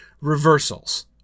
reversals